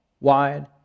wide